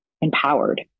empowered